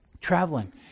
traveling